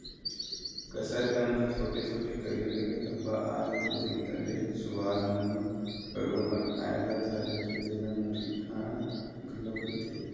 कसरकंद म छोटे छोटे, करिया करिया धब्बा आ जथे, जेखर ले सुवाद मन म कडुआ पन आय बर धर लेथे, जेला मुरही खाना घलोक कहिथे